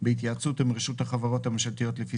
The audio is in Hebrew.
בהתייעצות עם רשות החברות הממשלתיות לפי